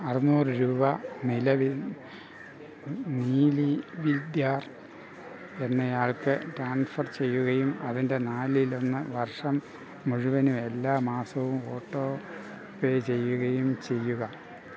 അറുനൂറ് രൂപ നിലവിൽ നീലി വിദ്യാർ എന്നയാൾക്ക് ട്രാൻസ്ഫർ ചെയ്യുകയും അതിൻ്റെ നാലിലൊന്ന് വർഷം മുഴുവനും എല്ലാ മാസവും ഓട്ടോ പേ ചെയ്യുകയും ചെയ്യുക